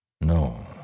No